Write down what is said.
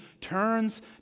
turns